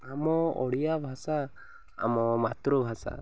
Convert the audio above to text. ଆମ ଓଡ଼ିଆ ଭାଷା ଆମ ମାତୃଭାଷା